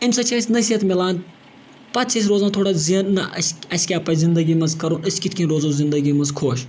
اَمہِ سۭتۍ چھِ أسہِ نصیٖحت مِلان پَتہٕ چھِ أسۍ روزان تھوڑا ذہن نہ اَسہِ اَسہِ کیٛاہ پَزِ زندگی منٛز کَرُن أسۍ کِتھ کَنۍ روزو زندگی منٛز خۄش